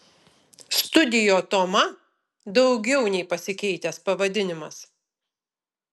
studio toma daugiau nei pasikeitęs pavadinimas